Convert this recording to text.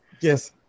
Yes